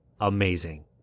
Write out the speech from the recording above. amazing